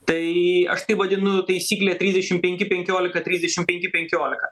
tai aš tai vadinu taisyklė trisdešimt penki penkiolika trisdešimt penki penkiolika